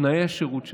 תנאי השירות שלהם,